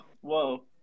whoa